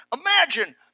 Imagine